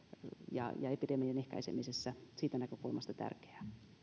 ja ja epidemian ehkäisemisessä siitä näkökulmasta tärkeää